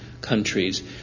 countries